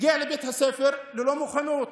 מגיע לבית ספר ללא מוכנות.